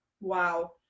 wow